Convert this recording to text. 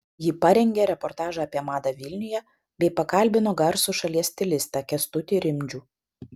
ji parengė reportažą apie madą vilniuje bei pakalbino garsų šalies stilistą kęstutį rimdžių